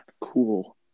Cool